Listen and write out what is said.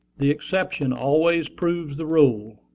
the exception always proves the rule.